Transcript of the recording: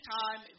time